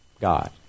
God